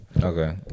Okay